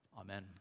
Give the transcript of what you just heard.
Amen